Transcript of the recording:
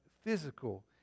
physical